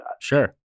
Sure